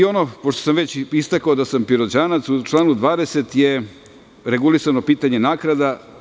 Pošto sam već istakao da sam Piroćanac, u članu 20. je regulisano pitanje naknada.